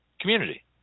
community